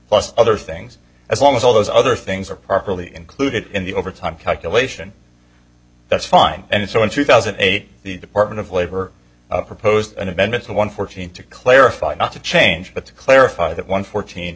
plus other things as long as all those other things are properly included in the overtime calculation that's fine and so in two thousand and eight the department of labor proposed an amendment to one fourteenth to clarify not to change but to clarify that one fourteen